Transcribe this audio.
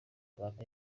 rwanda